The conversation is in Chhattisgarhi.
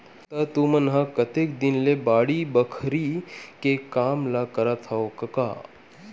त तुमन ह कतेक दिन ले बाड़ी बखरी के काम ल करत हँव कका?